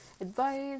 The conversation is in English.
advice